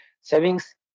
savings